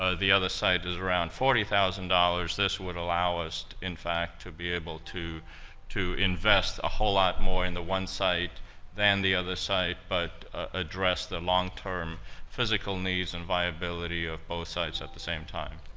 ah the other site is around forty thousand dollars. this would allow us, in fact, to be able to to invest a whole lot more in the one site than the other site but address the long-term physical needs and viability of both sites at the same time.